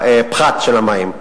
הפחת של המים.